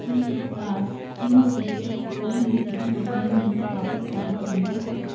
ਕੀ ਉਤਪਾਦ Ching's Secret ਹਰੀ ਮਿਰਚ ਦੀ ਚਟਣੀ ਨੂੰ ਵਾਪਸ ਕਰਨਾ ਸੰਭਵ ਹੈ